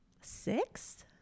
six